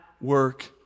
work